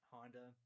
Honda